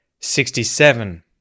Sixty-seven